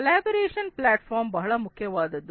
collaboration platform ಬಹಳ ಮುಖ್ಯವಾದದ್ದು